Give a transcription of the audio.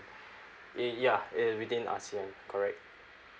it yeah it within ASEAN correct